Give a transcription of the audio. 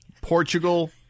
Portugal